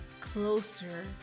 closer